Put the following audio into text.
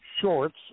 shorts